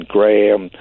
Graham